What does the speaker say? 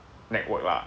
network ah